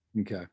okay